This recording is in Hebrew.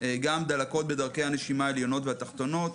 גם דלקות בדרכי הנשימה העליונות והתחתונות,